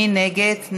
מי נגד?